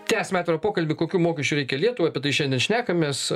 tęsiame pokalbį kokių mokesčių reikia lietuvai apie tai šiandien šnekamės